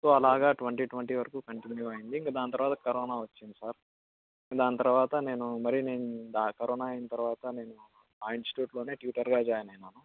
so అలాగా twenty twenty వరకు continue అయింది ఇంక దాని తర్వాత కరోనా వచ్చింది సార్ ఇంక దాని తర్వాత నేను మరీ నేను కరోనా అయిన తర్వాత నేను ఆ ఇన్స్టిట్యూట్లోనే ట్యూటర్గా జాయిన్ అయ్యాను